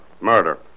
Murder